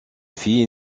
filles